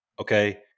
Okay